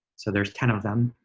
so there's ten of them.